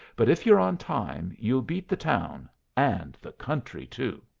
but if you're on time you'll beat the town and the country too.